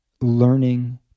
Learning